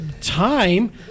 time